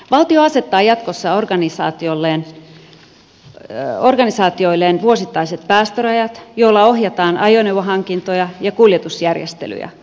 valtio asettaa jatkossa organisaatioilleen vuosittaiset päästörajat joilla ohjataan ajoneuvohankintoja ja kuljetusjärjestelyjä